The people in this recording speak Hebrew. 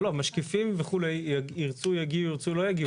לא, אבל משקיפים וכו' ירצו יגיעו, ירצו לא יגיעו.